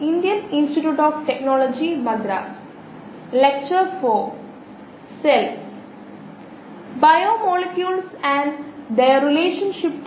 അവസാന പ്രഭാഷണത്തിൽ പ്രഭാഷണ നമ്പർ 3 ഇൽ പൊതുവായി പ്രോബ്ലെംസ് എങ്ങനെ പരിഹരിക്കാമെന്ന് നമ്മൾ പരിശോധിക്കുകയും സ്റ്റെറിലൈസഷൻ കയ്നെറ്റിക്സ് ആയി ബന്ധപ്പെട്ട ഒരു പ്രോബ്ലം നമ്മൾ പരിഹരിക്കുകയും ചെയ്തു